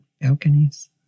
balconies